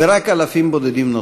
ורק אלפים בודדים נותרו.